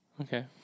Okay